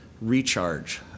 recharge